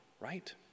right